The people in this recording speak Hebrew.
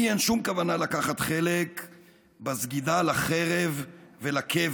לי אין שום כוונה לקחת חלק בסגידה לחרב ולקבר,